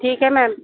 ठीक है मैम